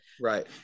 right